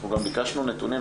אנחנו גם ביקשנו נתונים,